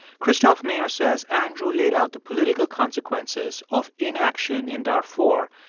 christoph meyer says andrew laid out the political consequences of inaction in darfur,